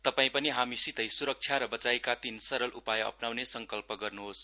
तपाई पनि हामीसितै स्रक्षा र वचाइका तीन सरल उपाय अप्नाउने संकल्प गर्न्होस